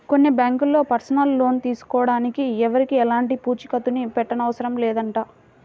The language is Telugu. కొన్ని బ్యాంకుల్లో పర్సనల్ లోన్ తీసుకోడానికి ఎవరికీ ఎలాంటి పూచీకత్తుని పెట్టనవసరం లేదంట